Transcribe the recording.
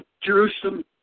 Jerusalem